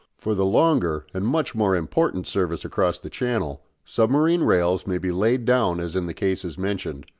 for the longer and much more important service across the channel submarine rails may be laid down as in the cases mentioned,